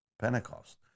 Pentecost